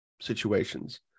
situations